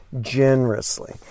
generously